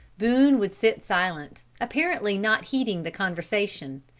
boone would sit silent, apparently not heeding the conversation,